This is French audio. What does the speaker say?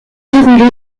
déroulés